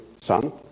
son